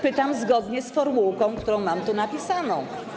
Pytam zgodnie z formułką, którą mam tu napisaną.